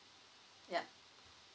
yup